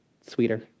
sweeter